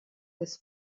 this